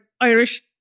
Irish